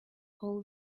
all